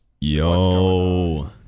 yo